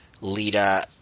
Lita